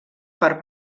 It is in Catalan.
per